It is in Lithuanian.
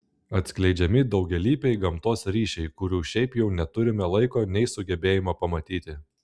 atskleidžiami daugialypiai gamtos ryšiai kurių šiaip jau neturime laiko nei sugebėjimo pamatyti